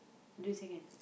twenty second